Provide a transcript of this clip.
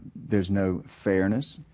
there is no fairness,